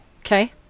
Okay